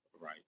Right